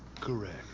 Correct